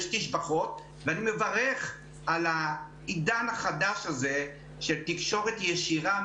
יש תשבחות ואני מברך על העידן החדש הזה של תקשורת ישירה,